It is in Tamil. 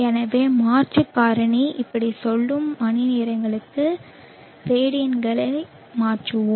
எனவே மாற்று காரணி இப்படி செல்லும் மணிநேரங்களுக்கு ரேடியன்களை மாற்றுவோம்